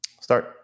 Start